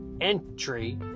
entry